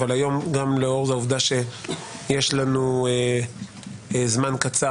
אבל היום גם לאור העובדה שיש לנו זמן קצר